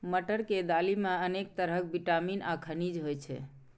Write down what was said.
मटर के दालि मे अनेक तरहक विटामिन आ खनिज होइ छै